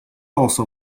also